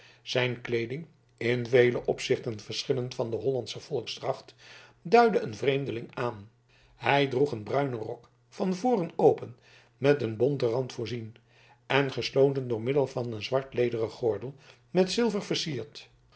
zijn kleeding in vele opzichten verschillend van de hollandsche volksdracht duidde een vreemdeling aan hij droeg een bruinen rok van voren open met een bonten rand voorzien en gesloten door middel van een zwart lederen gordel met zilver versierd